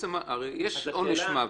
הרי יש עונש מוות.